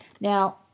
Now